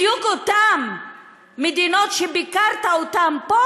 בדיוק אותן מדינות שביקרת פה,